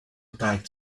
tight